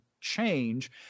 change